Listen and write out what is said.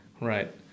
right